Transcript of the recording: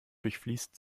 durchfließt